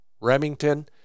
Remington